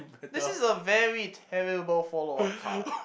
this is a very terrible follow up card